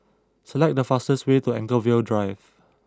select the fastest way to Anchorvale Drive